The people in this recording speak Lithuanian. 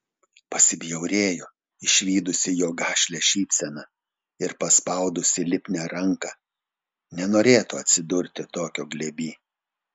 pasibjaurėjo išvydusi jo gašlią šypseną ir paspaudusi lipnią ranką nenorėtų atsidurti tokio glėby